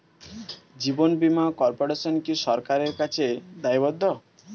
জীবন বীমা কর্পোরেশন কি সরকারের কাছে দায়বদ্ধ?